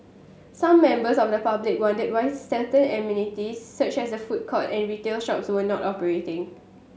some members of the public wondered why certain amenities such as a food court and retail shops were not operating